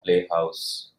playhouse